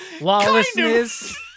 lawlessness